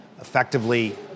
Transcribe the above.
effectively